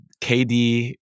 KD